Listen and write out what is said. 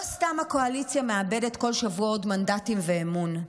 לא סתם הקואליציה מאבדת בכל שבוע עוד מנדטים ואמון.